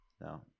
No